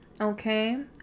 okay